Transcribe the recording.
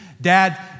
Dad